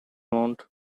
amount